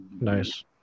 Nice